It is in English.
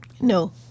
No